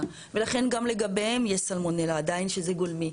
ולכן גם לגביהם יש סלמונלה עדיין שזה גולמי.